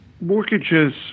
Mortgages